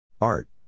Art